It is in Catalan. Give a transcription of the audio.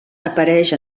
apareix